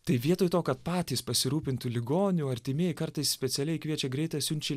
tai vietoj to kad patys pasirūpintų ligoniu artimieji kartais specialiai kviečia greitąją siunčia